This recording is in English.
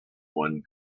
one